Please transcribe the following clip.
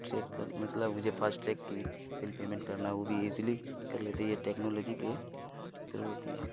track کر مطلب مجھے فاسٹ ٹریک کی بل پیمنٹ کرنا ہے وہ بھی ایزیلی کر لیتے ہیں یہ ٹیکنالوجی کے تھرو ہوتی ہے